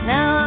Now